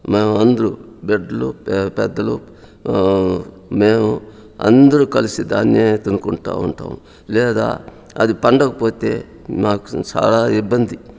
మేము అందరూ బిడ్డలు పే పెద్దలు మేము అందరూ కలిసి దాన్నే తినుకుంటా ఉంటాం లేదా అది పండకపోతే మాకు చాలా ఇబ్బంది